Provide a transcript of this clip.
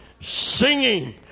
singing